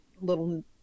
little